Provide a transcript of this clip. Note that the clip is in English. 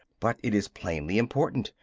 but it is plainly important.